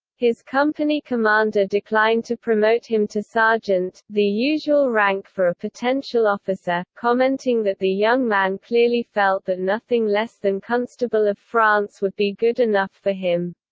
his company commander declined to promote him to sergeant, the usual rank for a potential officer, commenting that the young man clearly felt that nothing less than constable of france would be good enough for him.